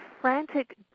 frantic